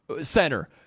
center